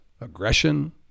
aggression